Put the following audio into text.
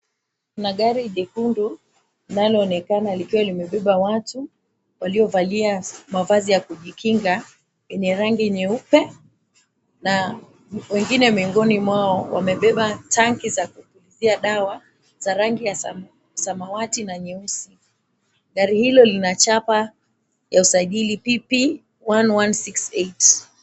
Kuna gari lekundu linaloonekana likiwa limebeba watu waliovalia mavazi ya kujikinga yenye rangi nyeupe na wengine miongoni mwao wamebeba tanki za kupulizia dawa za rangi ya samawati na nyeusi. Gari hilo linachapa ya usajili PP 1168.